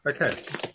Okay